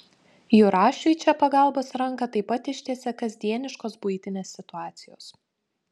jurašiui čia pagalbos ranką taip pat ištiesia kasdieniškos buitinės situacijos